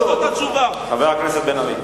חבר הכנסת בן-ארי.